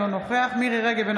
אינו נוכח מירי מרים רגב,